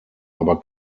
aber